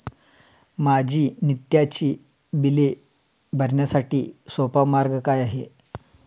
माझी नित्याची बिले भरण्यासाठी सोपा मार्ग काय आहे?